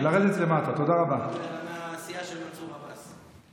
שנתנה ביטחון לתושבי מדינת ישראל,